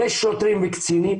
יש שוטרים וקצינים